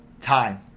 time